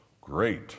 Great